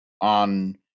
on